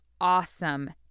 awesome